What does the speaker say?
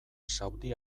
saudi